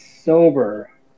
sober